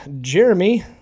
Jeremy